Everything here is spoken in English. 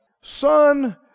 Son